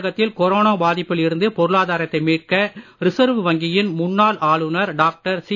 தமிழகத்தில் கொரோனா பாதிப்பில் இருந்து பொருளாதாரத்தை மீட்க ரிசர்வ் வங்கியின் முன்னாள் ஆளுநர் டாக்டர் சி